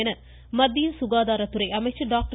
என்று மத்திய சுகாதாரத்துறை அமைச்சர் டாக்டர்